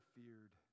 feared